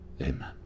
amen